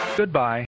Goodbye